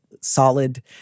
solid